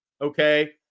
okay